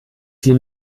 sie